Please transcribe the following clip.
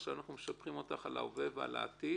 עכשיו אנחנו משבחים אותך על ההווה ועל העתיד.